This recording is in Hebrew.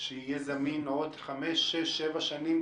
שיהיה זמין עוד חמש-שש-שבע שנים,